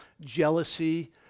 jealousy